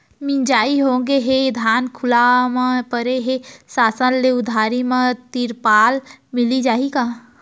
मिंजाई होगे हे, धान खुला म परे हे, शासन ले उधारी म तिरपाल मिलिस जाही का?